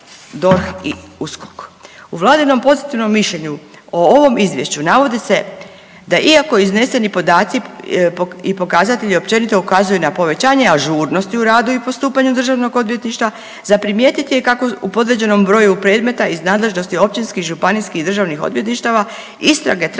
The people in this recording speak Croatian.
U vladinom pozitivnom mišljenju o ovom izvješću navodi se da iako izneseni podaci i pokazatelji općenito ukazuju na povećanje ažurnosti u radu i postupanju državnog odvjetništva za primijetit je kako u podređenom broju predmeta iz nadležnosti općinskim, županijskih i državnih odvjetništava istrage traju